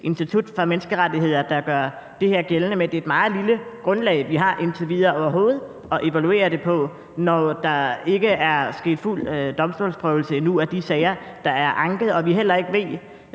Institut for Menneskerettigheder, der gør det her gældende med, at det er et meget lille grundlag, vi indtil videre overhovedet har at evaluere det på, når der endnu ikke er sket en fuld domstolsprøvelse af de sager, der er anket, og at vi heller ikke blandt